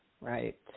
right